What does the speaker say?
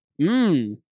mmm